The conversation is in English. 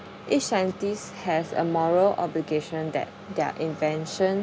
each scientist has a moral obligation that their invention